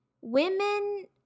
women